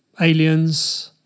aliens